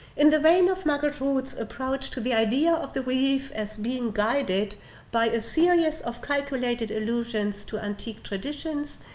in the vein of margaret root's approach to the idea of the relief as being guided by a series of calculated illusions to antique traditions,